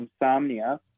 insomnia